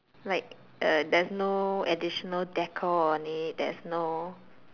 like uh there's no additional decor or any there's no